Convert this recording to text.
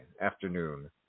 afternoon